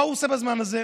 מה הוא עושה בזמן הזה?